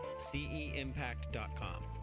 ceimpact.com